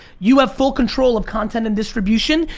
you have full control of content and distribution,